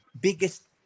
biggest